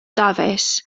dafis